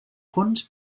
fons